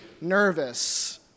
nervous